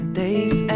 day's